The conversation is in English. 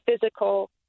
physical